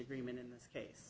agreement in this case